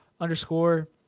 underscore